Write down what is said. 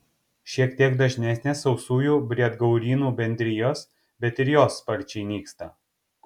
šiek tiek dažnesnės sausųjų briedgaurynų bendrijos bet ir jos sparčiai nyksta